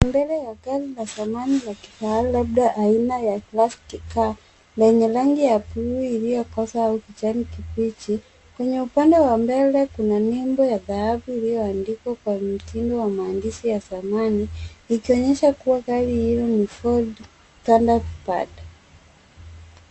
Mbele ya gari la zamani la kifaa labda aina ya plastic car , lenye rangi ya blue iliyokosa au kijani kibichi. Kwenye upande wa mbele kuna nembo ya dhahabu iliyoandikwa kwa mtindo wa maandishi ya zamani, likionyesha kuwa gari hilo ni Ford Thunderbird.